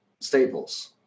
Staples